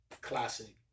classic